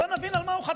בוא נבין על מה חתם.